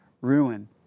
ruin